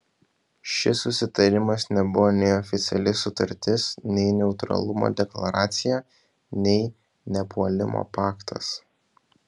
šis susitarimas nebuvo nei oficiali sutartis nei neutralumo deklaracija nei nepuolimo paktas